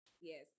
Yes